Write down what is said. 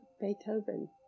Beethoven